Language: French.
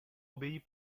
obéis